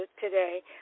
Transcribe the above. today